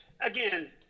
Again